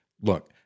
Look